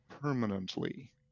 permanently